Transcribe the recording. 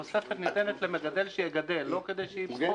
התוספת ניתנת למגדל שיגדל, לא כדי שיסחר בה.